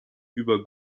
über